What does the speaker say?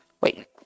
Wait